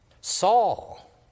Saul